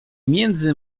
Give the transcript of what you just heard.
między